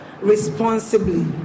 responsibly